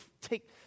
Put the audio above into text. take